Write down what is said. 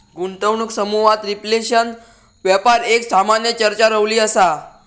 गुंतवणूक समुहात रिफ्लेशन व्यापार एक सामान्य चर्चा रवली असा